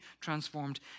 transformed